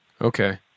Okay